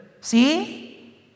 See